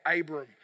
Abram